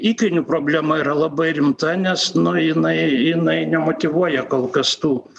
įkainių problema yra labai rimta nes nu jinai jinai nemotyvuoja kol kas tų